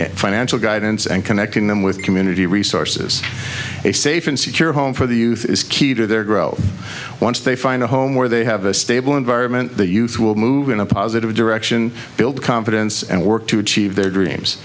and financial guidance and connecting them with community resources a safe and secure home for the youth is key to their growth once they find a home where they have a stable environment that youth will move in a positive direction build confidence and work to achieve their dreams